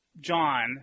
John